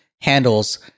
handles